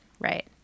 right